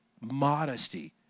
Modesty